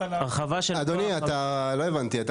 אדוני, אתה, לא הבנתי.